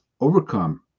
overcome